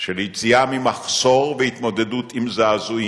של יציאה ממחסור והתמודדות עם זעזועים.